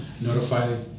notify